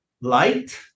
light